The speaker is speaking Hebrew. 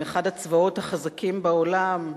עם אחד הצבאות החזקים בעולם,